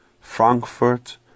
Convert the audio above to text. Frankfurt